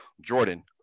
Jordan